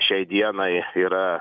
šiai dienai yra